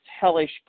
hellish